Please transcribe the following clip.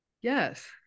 Yes